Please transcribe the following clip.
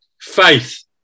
Faith